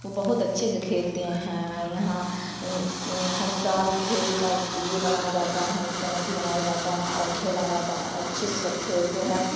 وہ بہت اچھے سے کھیلتے ہیں یہاں ہر سال کھیل کا یہ بنایا جاتا ہے کمیٹی بنایا جاتا ہے اور کھیلا جاتا ہے اچھے سے سب کھیلتے ہیں